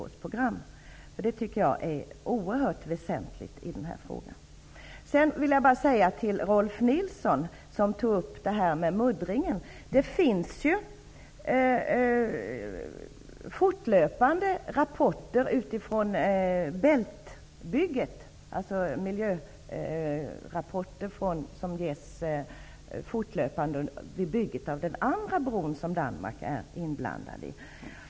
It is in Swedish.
Rolf Nilson tog upp frågan om muddringen. Till honom vill jag säga att det fortlöpande kommer miljörapporter från bygget av den andra bron vid Femer Bælt, som Danmark är inblandat i.